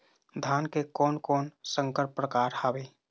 धान के कोन कोन संकर परकार हावे?